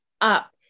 up